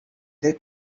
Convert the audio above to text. they